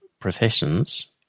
professions